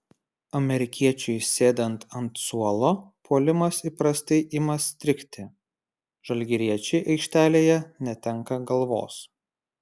amerikiečiui sėdant ant suolo puolimas įprastai ima strigti žalgiriečiai aikštelėje netenka galvos